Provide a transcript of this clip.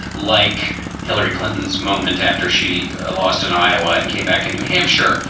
like hillary clinton's moment after she lost in iowa and came back in new hampshire,